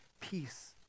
peace